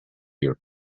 your